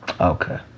Okay